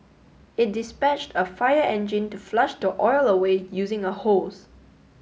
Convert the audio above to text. it dispatched a fire engine to flush the oil away using a hose